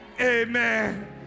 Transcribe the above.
amen